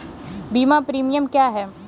बीमा प्रीमियम क्या है?